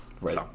Right